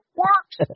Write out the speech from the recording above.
works